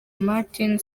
martin